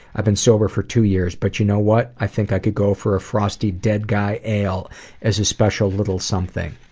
i've been sober for two years, but you know what? i think i could go for a frosty, dead guy ale as a special little something.